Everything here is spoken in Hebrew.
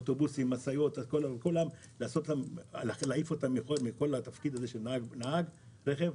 אוטובוסים ומשאיות ולהעיף אותם מהתפקיד הזה של נהג רכב.